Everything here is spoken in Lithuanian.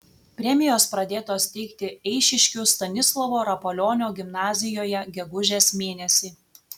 premijos pradėtos teikti eišiškių stanislovo rapolionio gimnazijoje gegužės mėnesį